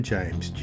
James